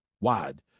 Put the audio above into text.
wide